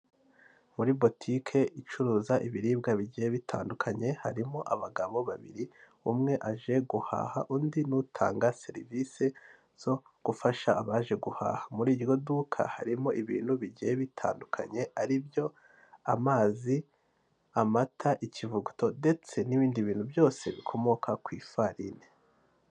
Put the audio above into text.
Muri botike icuruza ibiribwa bigiye bitandukanye, harimo abagabo babiri, umwe aje guhaha undi n'utanga serivisi zo gufasha abaje guhaha, muri iryo duka harimo ibintu bigiye bitandukanye, ari byo amazi, amata, ikivuguto ndetse n'ibindi bintu byose bikomoka ku ifarine.